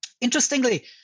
Interestingly